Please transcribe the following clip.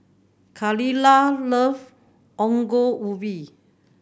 Kaila love Ongol Ubi